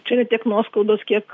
čia ne tiek nuoskaudos kiek